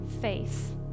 faith